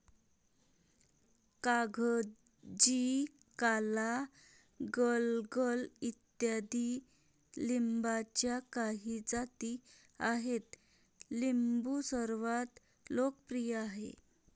कागजी, काला, गलगल इत्यादी लिंबाच्या काही जाती आहेत लिंबू सर्वात लोकप्रिय आहे